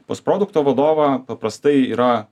pas produkto vadovą paprastai yra